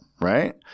Right